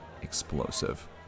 explosive